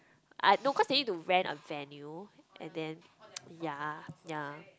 ah no cause they need to rent a venue and then ya ya